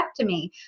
hysterectomy